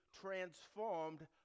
transformed